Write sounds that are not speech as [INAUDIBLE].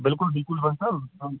بِلکُل بِلکُل [UNINTELLIGIBLE]